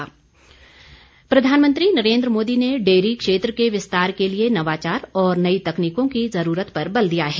प्रधानमंत्री प्रधानमंत्री नरेन्द्र मोदी ने डेयरी क्षेत्र के विस्तार के लिए नवाचार और नई तकनीकों की जरूरत पर बल दिया है